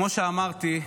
כמו שאמרתי,